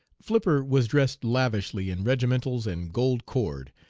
flipper was dressed lavishly in regimentals and gold cord,